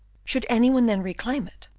should any one then reclaim it,